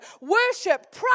worship